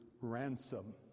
ransom